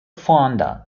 fonda